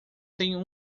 tenho